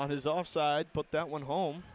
on his offside but that one home